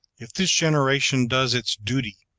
if this generation does its duty,